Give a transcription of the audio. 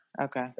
Okay